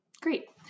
Great